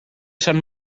sant